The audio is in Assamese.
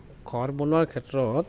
ঘৰ বনোৱা ক্ষেত্ৰত